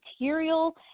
material